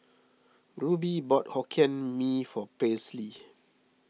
Rube bought Hokkien Mee for Paisley